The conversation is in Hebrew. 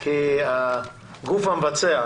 כגוף המבצע.